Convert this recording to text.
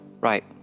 Right